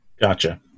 Gotcha